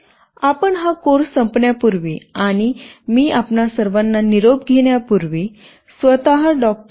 आपण हा कोर्स संपण्यापूर्वी आणि मी आपणा सर्वांना निरोप घेण्यापूर्वी आणि स्वत डॉ